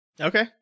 Okay